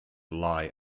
lie